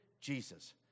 Jesus